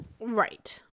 right